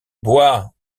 bois